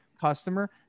customer